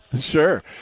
Sure